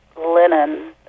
linen